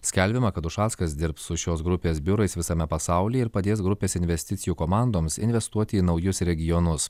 skelbiama kad ušackas dirbs su šios grupės biurais visame pasaulyje ir padės grupės investicijų komandoms investuoti į naujus regionus